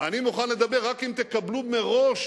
אני מוכן לדבר רק אם תקבלו מראש